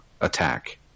attack